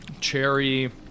cherry